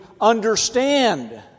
understand